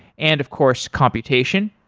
and of course, computation.